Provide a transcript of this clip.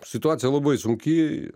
situacija labai sunki